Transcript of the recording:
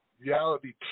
reality